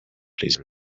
please